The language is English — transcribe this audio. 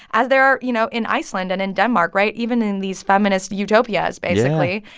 as there are, you know, in iceland and in denmark, right? even in these feminist utopias, basically.